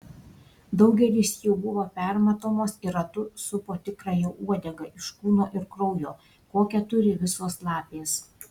daugelis jų buvo permatomos ir ratu supo tikrąją uodegą iš kūno ir kraujo kokią turi visos lapės